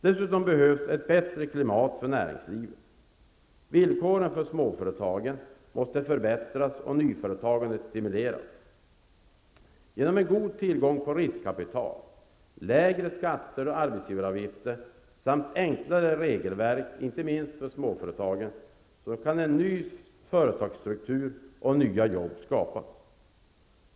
Dessutom behövs ett bättre klimat för näringslivet. Villkoren för småföretagen måste förbättras och nyföretagandet stimuleras. Genom en god tillgång på riskkapital, lägre skatter och arbetsgivaravgifter samt enklare regelverk, inte minst för småföretagen, kan en ny företagsstruktur och nya jobb skapas.